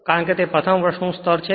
કારણ કે તે પ્રથમ વર્ષનું સ્તર છે